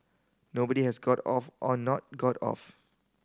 nobody has got off or not got off